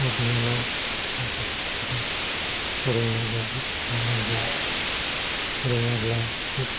बिब' बिनानाव गासिखौबो फोरोंनांगौ रोंनांगौ फोरोङाब्ला